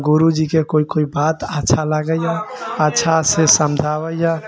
गुरुजीके कोइ कोइ बात अच्छा लागैए अच्छासँ समझाबैयै